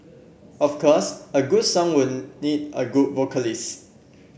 of course a good song would need a good vocalist